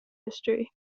history